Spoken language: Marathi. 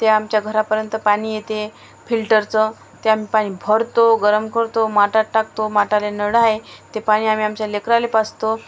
ते आमच्या घरापर्यंत पाणी येते फिल्टरचं ते आम्ही पाणी भरतो गरम करतो माठात टाकतो माठाला नळ आहे ते पाणी आम्ही आमच्या लेकराला पाजतो